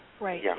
Right